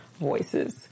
voices